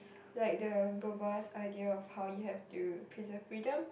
like the robust idea of how you have to preserve freedom